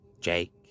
Jake